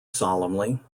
solemnly